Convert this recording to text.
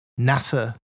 NASA